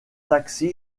taxi